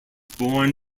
born